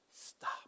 stop